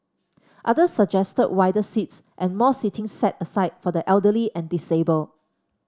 others suggested wider seats and more seating set aside for the elderly and disabled